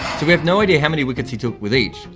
we have no idea how many wickets he took with each,